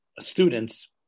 students